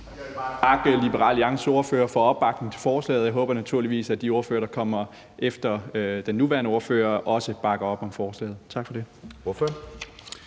takke Liberal Alliances ordfører for opbakningen til forslaget, og jeg håber naturligvis, at de ordførere, der kommer efter ordføreren, der er på nu, også bakker op om forslaget. Tak for det.